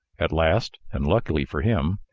at last, and luckily for him,